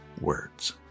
words